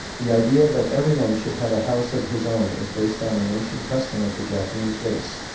the idea that everyone should have a house of his own is based on an ancient custom of the japanese race,